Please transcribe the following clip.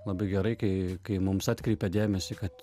labai gerai kai kai mums atkreipia dėmesį kad